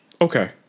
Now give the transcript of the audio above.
Okay